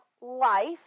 life